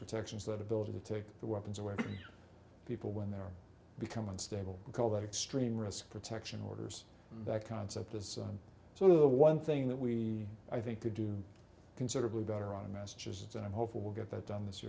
protections that ability to take the weapons away people when they are become unstable call that extreme risk protection orders that concept is sort of the one thing that we i think to do considerably better on in massachusetts and i'm hopeful we'll get that done this